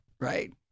Right